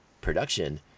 production